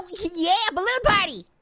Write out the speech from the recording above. yeah, balloon party,